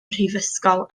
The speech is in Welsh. mhrifysgol